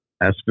ask